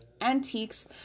antiques